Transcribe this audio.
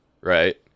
right